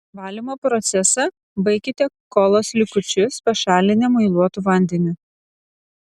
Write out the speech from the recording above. valymo procesą baikite kolos likučius pašalinę muiluotu vandeniu